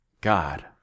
God